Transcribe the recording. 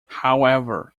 however